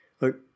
look